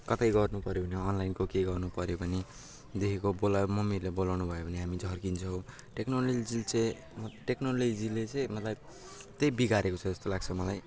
कतै गर्नुपऱ्यो भने अनलाइनको केही गर्नुपऱ्यो भनेदेखिको बोलायो मम्मीहरूले बोलाउनु भयो भने हामी झर्किन्छौँ टेक्नोलोजीले चाहिँ टेक्नोलोजीले चाहिँ मलाई त्यही बिगारेको छ जस्तो लाग्छ मलाई